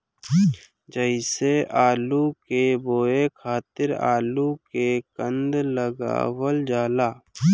जइसे आलू के बोए खातिर आलू के कंद लगावल जाला